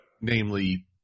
namely